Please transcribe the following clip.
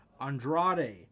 Andrade